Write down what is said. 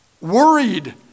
worried